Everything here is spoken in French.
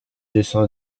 dessins